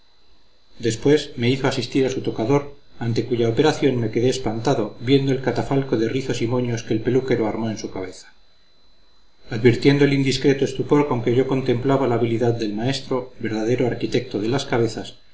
después me hizo asistir a su tocador ante cuya operación me quedé espantado viendo el catafalco de rizos y moños que el peluquero armó en su cabeza advirtiendo el indiscreto estupor con que yo contemplaba la habilidad del maestro verdadero arquitecto de las cabezas